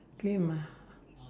clean my h~